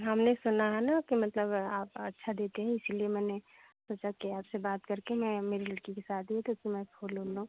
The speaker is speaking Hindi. हमने सुना है ना कि मतलब आप अच्छा देतें हैं इसी लिए मैंनें सोचा कि आप से बात करके मैं मेरी लड़की की शादी है तो मैं फूल ले लूँ